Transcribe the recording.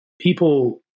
people